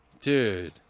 Dude